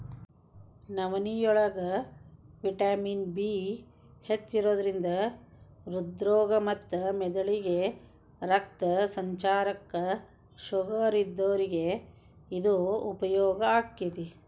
ನವನಿಯೋಳಗ vitamin B ಹೆಚ್ಚಿರೋದ್ರಿಂದ ಹೃದ್ರೋಗ ಮತ್ತ ಮೆದಳಿಗೆ ರಕ್ತ ಸಂಚಾರಕ್ಕ, ಶುಗರ್ ಇದ್ದೋರಿಗೆ ಇದು ಉಪಯೋಗ ಆಕ್ಕೆತಿ